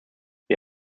wir